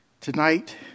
Tonight